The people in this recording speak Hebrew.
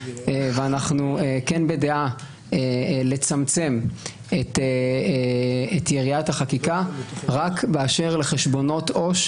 ואנחנו כן בדעה לצמצם את יריעת החקיקה רק באשר לחשבונות עו"ש,